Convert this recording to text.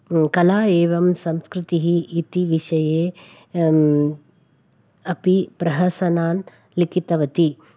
कला एवं संस्कृतिः इति विषये अपि प्रहसनान् लिखितवती